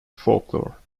folklore